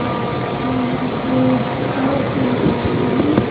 सौ रुपए सौ की नहीं पड़ेगी